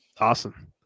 Awesome